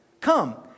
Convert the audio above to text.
Come